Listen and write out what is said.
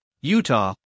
Utah